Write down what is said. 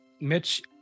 Mitch